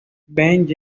ben